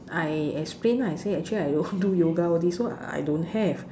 I explain lah I say actually I don't do yoga all this so I don't have